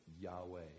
Yahweh